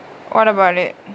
what about it